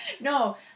No